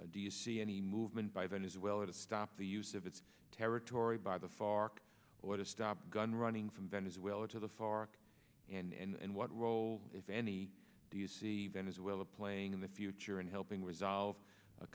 do you see any movement by venezuela to stop the use of its territory by the fark or to stop gun running from venezuela to the far and what role if any do you see venezuela playing in the future in helping resolve